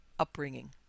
upbringing